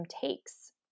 takes